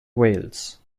wales